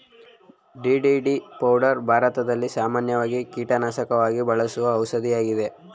DDT powder ಭಾರತದಲ್ಲಿ ಸಾಮಾನ್ಯವಾಗಿ ಕೀಟನಾಶಕಕ್ಕಾಗಿ ಬಳಸುವ ಔಷಧಿಯಾಗಿದೆ